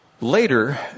later